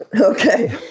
Okay